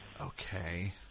Okay